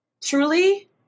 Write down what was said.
Truly